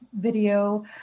video